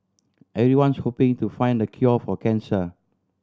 everyone's hoping to find the cure for cancer